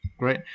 Great